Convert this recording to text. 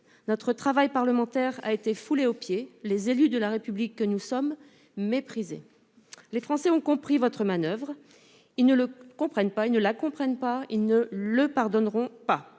notre travail parlementaire a été foulé aux pieds les élus de la République que nous sommes méprisés. Les Français ont compris votre manoeuvre il ne le comprennent pas, ils ne la comprennent pas ils ne le pardonneront pas.